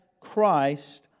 Christ